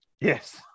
Yes